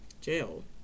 jail